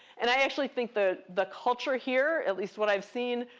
and i actually think the the culture here, at least what i've seen,